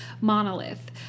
monolith